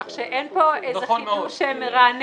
כך שאין פה איזה חידוש מרענן.